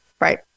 Right